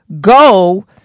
Go